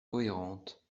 cohérente